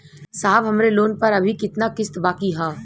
साहब हमरे लोन पर अभी कितना किस्त बाकी ह?